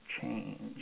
change